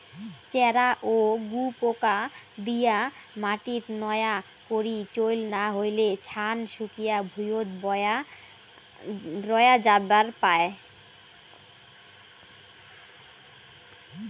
চ্যারা ও গুপোকা দিয়া মাটিত নয়া করি চইল না হইলে, ছান শুকিয়া ভুঁইয়ত রয়া যাবার পায়